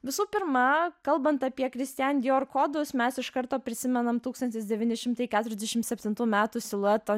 visų pirma kalbant apie kristian dior kodus mes iš karto prisimenam tūkstantis devyni šimtai keturiasdešim septintų metų siluetą